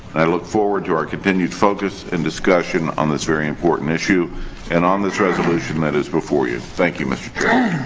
i look forward to our continued focus and discussion on this very important issue and on this resolution that is before you. thank you, mister chair.